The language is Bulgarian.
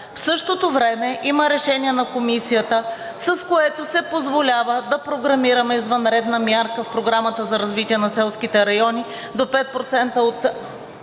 В същото време има решение на Комисията, с което се позволява да програмираме извънредна мярка в Програмата за развитие на селските райони до 5% от